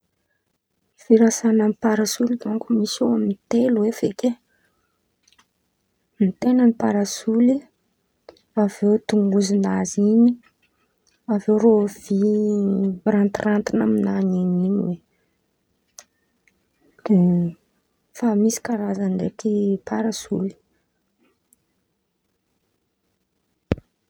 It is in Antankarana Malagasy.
Firasan̈a amy parasoly dônko misy eo amy telo eo feky e, ny ten̈a ny parasoly, avy eo tongozonazy in̈y, avy eo irô vy mirantirantin̈a amin̈any in̈y oe, de fa misy karazan̈y ndraiky parasoly.